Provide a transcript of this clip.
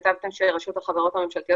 לשכה משפטית רשות החברות הממשלתיות